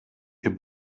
ihr